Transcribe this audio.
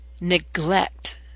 neglect